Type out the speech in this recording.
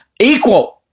equal